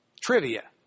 Trivia